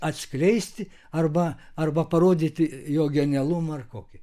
atskleisti arba arba parodyti jo genialumą ar kokį